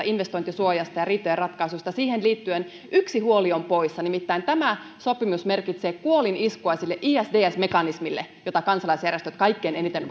investointisuojasta ja riitojen ratkaisusta ja siihen liittyen yksi huoli on poissa nimittäin tämä sopimus merkitsee kuoliniskua isds mekanismille jota kansalaisjärjestöt kaikkein eniten